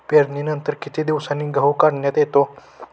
पेरणीनंतर किती दिवसांनी गहू काढण्यात येतो?